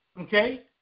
Okay